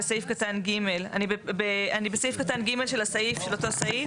בסעיף קטן (ג), אני בסעיף קטן (ג) של אותו סעיף,